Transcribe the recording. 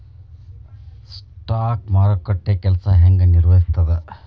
stock ಮಾರುಕಟ್ಟೆ ಕೆಲ್ಸ ಹೆಂಗ ನಿರ್ವಹಿಸ್ತದ